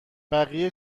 بقیه